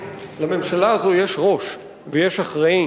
לממשלה הזאת יש ראש ויש אחראי